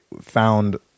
found